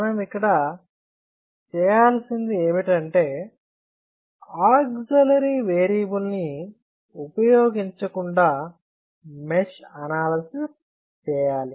మనం ఇక్కడ చేయాల్సింది ఏమిటంటే ఆక్సిలరీ వేరియబుల్స్ ని ఉపయోగించకుండా మెష్ అనాలసిస్ చేయాలి